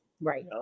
Right